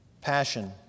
Passion